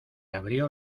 abrió